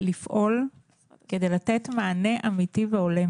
לפעול כדי לתת מענה אמיתי והולם